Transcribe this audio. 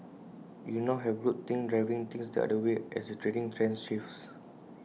you now have group think driving things the other way as the trading trends shifts